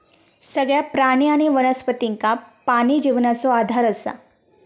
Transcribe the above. सगळ्या प्राणी आणि वनस्पतींका पाणी जिवनाचो आधार असा